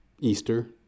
Easter